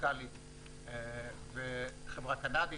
וחברה קנדית.